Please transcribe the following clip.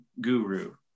guru